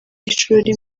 y’ishuri